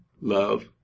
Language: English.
love